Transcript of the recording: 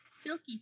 Silky